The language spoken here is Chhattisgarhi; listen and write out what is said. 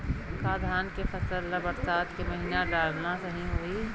का धान के फसल ल बरसात के महिना डालना सही होही?